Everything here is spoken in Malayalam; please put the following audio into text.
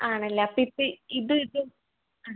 ആണല്ലേ അപ്പോള് ഇപ്പോള് ഇത് ഇത് ആ